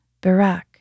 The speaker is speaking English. Barak